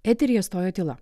eteryje stojo tyla